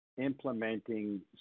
implementing